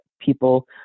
people